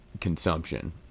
consumption